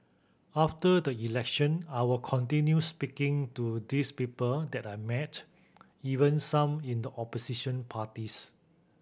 after the election I will continue speaking to these people that I met even some in the opposition parties